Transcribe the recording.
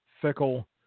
fickle